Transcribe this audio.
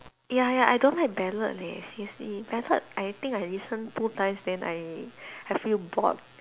ya ya I don't like ballad leh seriously I heard I think I listen two times then I I feel bored